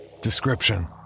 Description